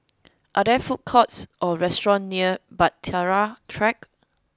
are there food courts or restaurants near Bahtera Track